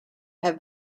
have